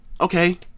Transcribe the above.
Okay